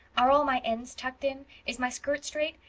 are all my ends tucked in? is my skirt straight?